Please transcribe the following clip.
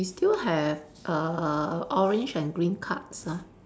we still have err orange and green cards ah